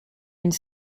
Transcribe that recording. une